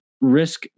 risk